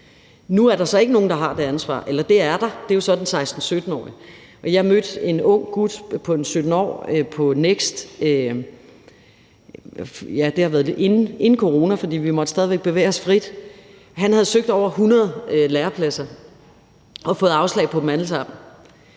Nu er der så ikke nogen, der har det ansvar, eller det er der, og det er jo så den 16-17-årige, og jeg mødte en ung gut på ca. 17 år på NEXT, og det var inden corona, for vi måtte stadig væk bevæge os frit, og han havde søgt over 100 lærepladser og fået afslag på dem alle sammen.